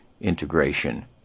integration